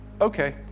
okay